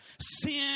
Sin